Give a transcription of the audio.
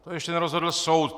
To ještě nerozhodl soud.